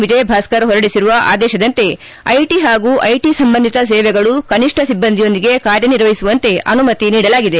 ವಿಜಯ ಭಾಸ್ಕರ್ ಹೊರಡಿಸಿರುವ ಆದೇಶದಂತೆ ಐಟಿ ಹಾಗೂ ಐಟಿ ಸಂಬಂಧಿತ ಸೇವೆಗಳು ಕನಿಷ್ಠ ಸಿಬ್ಲಂದಿಯೊಂದಿಗೆ ಕಾರ್ಯನಿರ್ವಹಿಸುವಂತೆ ಅನುಮತಿ ನೀಡಲಾಗಿದೆ